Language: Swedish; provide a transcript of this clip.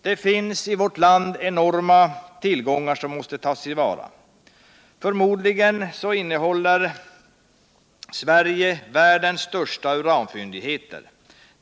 Det finns i vårt land enorma tillgångar som måste tas till vara. Förmodligen innehåller Sverige världens största uranfyndigheter.